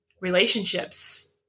relationships